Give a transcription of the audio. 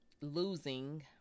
losing